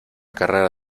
carrera